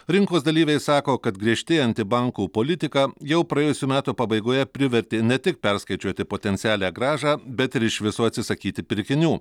rinkos dalyviai sako kad griežtėjanti bankų politika jau praėjusių metų pabaigoje privertė ne tik perskaičiuoti potencialią grąžą bet ir iš viso atsisakyti pirkinių